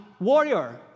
warrior